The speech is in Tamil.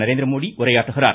நரேந்திரமோடி உரையாற்றுகிறார்